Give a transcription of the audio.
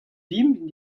dimp